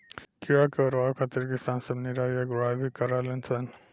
कीड़ा के ओरवावे खातिर किसान सब निराई आ गुड़ाई भी करलन सन